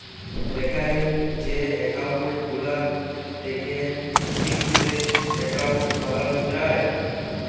recurring যে account গুলান থ্যাকে ফিকসেড এক্কাউল্ট বালালো যায়